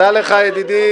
תודה לך, ידידי.